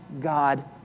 God